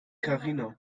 karina